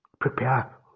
prepare